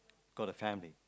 got a family